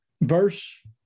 verse